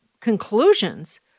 conclusions